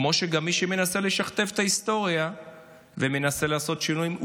כמו שגם מי שמנסה לשכתב את ההיסטוריה ומנסה לעשות שינויים,